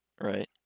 right